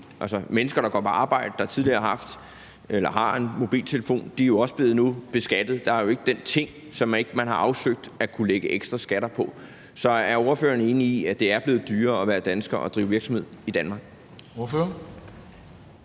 også mennesker, der går på arbejde, og som har en mobiltelefon, og de er jo nu også blevet beskattet. Der er jo ikke den ting, som man ikke har afsøgt at kunne lægge ekstra skatter på. Så er ordføreren enig i, at det er blevet dyrere at være dansker og drive virksomhed i Danmark?